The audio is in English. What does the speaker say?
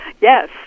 yes